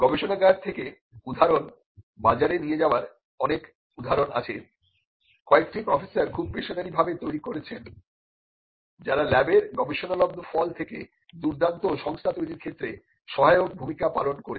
গবেষণাগার থেকে উদ্ভাবন বাজারে নিয়ে যাবার অনেক উদাহরণ আছে কয়েকটি প্রফেসর খুব পেশাদারী ভাবে তৈরি করেছেন যারা ল্যাবের গবেষণালব্ধ ফল থেকে দুর্দান্ত সংস্থা তৈরীর ক্ষেত্রে সহায়ক ভূমিকা পালন করেছেন